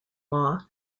law